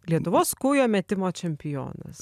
lietuvos kūjo metimo čempionas